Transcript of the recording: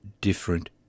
different